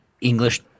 English